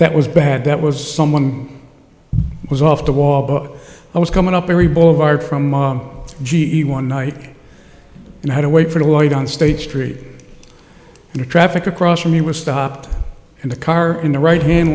that was bad that was someone was off the wall book i was coming up every boulevard from mom g e one night and had to wait for lloyd on state street and the traffic across from me was stopped and the car in the right hand